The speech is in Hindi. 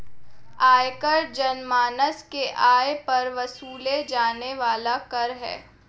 आयकर जनमानस के आय पर वसूले जाने वाला कर है